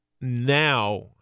now